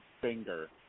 finger